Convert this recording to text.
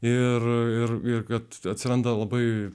ir ir kad atsiranda labai